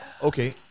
Okay